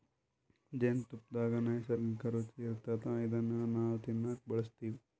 ಜೇನ್ತುಪ್ಪದಾಗ್ ನೈಸರ್ಗಿಕ್ಕ್ ರುಚಿ ಇರ್ತದ್ ಇದನ್ನ್ ನಾವ್ ತಿನ್ನಕ್ ಬಳಸ್ತಿವ್